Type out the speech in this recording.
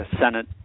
Senate